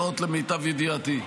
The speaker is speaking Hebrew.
לפחות לפי מיטב ידיעתי.